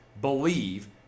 believe